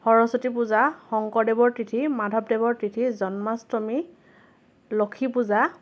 সৰস্বতী পূজা শংকৰদেৱৰ তিথি মাধৱদেৱ তিথি জন্মাষ্টমী লক্ষী পূজা